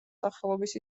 სახელობის